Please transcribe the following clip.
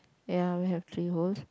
ya we have three holes